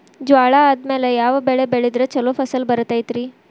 ಜ್ವಾಳಾ ಆದ್ಮೇಲ ಯಾವ ಬೆಳೆ ಬೆಳೆದ್ರ ಛಲೋ ಫಸಲ್ ಬರತೈತ್ರಿ?